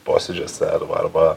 posėdžiuose arba